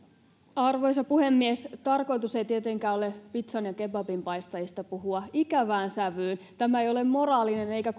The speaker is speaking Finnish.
arvoisa puhemies tarkoitus ei tietenkään ole pizzan ja kebabinpaistajista puhua ikävään sävyyn tämä ei ole moraalinen eikä